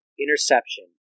interception